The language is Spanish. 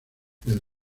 del